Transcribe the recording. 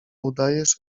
udajesz